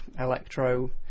electro